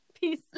Peace